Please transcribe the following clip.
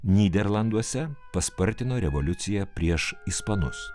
nyderlanduose paspartino revoliucija prieš ispanus